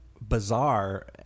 bizarre